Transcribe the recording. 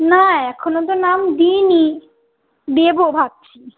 না এখনো তো নাম দিই নি দেবো ভাবছি